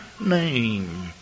name